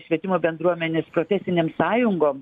švietimo bendruomenės profesinėm sąjungom